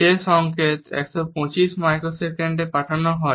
যে সংকেত 125 মাইক্রোসেকেন্ডে পাঠানো হয়